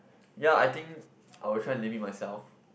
ya I think I'll try limit myself